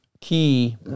key